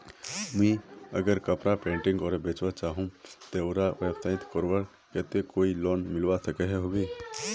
मुई अगर कपड़ा पेंटिंग करे बेचवा चाहम ते उडा व्यवसाय करवार केते कोई लोन मिलवा सकोहो होबे?